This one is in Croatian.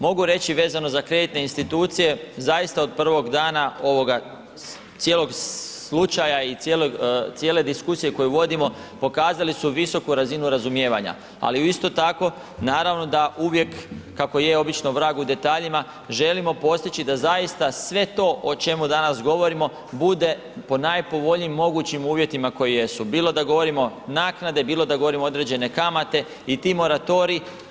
Mogu reći vezano za kreditne institucije, zaista od prvog dana ovoga cijelog slučaja i cijelog, cijele diskusije koju vodimo pokazali su visoku razinu razumijevanja, ali isto tako naravno da uvijek kako je obično vrag u detaljima želimo postići da zaista sve to o čemu danas govorimo bude po najpovoljnije mogućim uvjetima koji jesu, bilo da govorimo naknade, bilo da govorimo određene kamate i ti moratoriji.